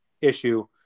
issue